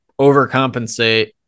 overcompensate